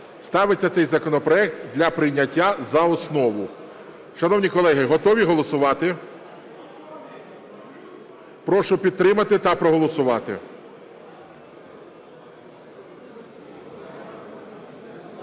Ставиться цей законопроект для прийняття за основу. Шановні колеги, готові голосувати? Прошу підтримати та проголосувати.